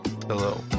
Hello